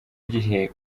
gihe